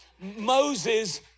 Moses